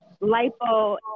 lipo